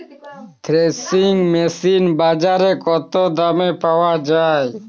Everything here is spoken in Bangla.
থ্রেসিং মেশিন বাজারে কত দামে পাওয়া যায়?